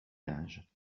linge